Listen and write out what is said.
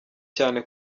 cyane